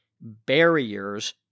barriers